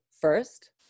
first